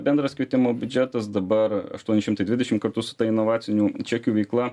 bendras kvietimo biudžetas dabar aštuoni šimtai dvidešim kartu su ta inovacinių čekių veikla